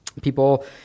People